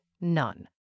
none